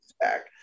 back